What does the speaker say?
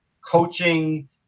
coaching